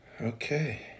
okay